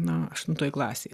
na aštuntoj klasėj